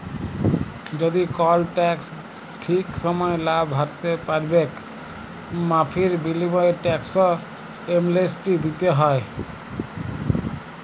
যদি কল টেকস ঠিক সময়ে লা ভ্যরতে প্যারবেক মাফীর বিলীময়ে টেকস এমলেসটি দ্যিতে হ্যয়